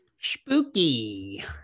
spooky